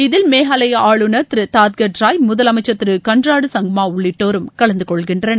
இதில் மேகாலய ஆளுநர் திரு தட்கட் ராய் முதலமைச்சர் திரு கண்ராடு சங்மா உள்ளிட்டோரும் கலந்த கொள்கின்றனர்